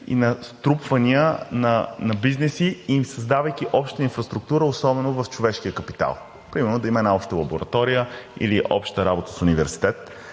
и на струпвания на бизнеси, създавайки обща инфраструктура, особено в човешкия капитал. Примерно, да има една обща лаборатория или обща работа в университет.